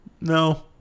No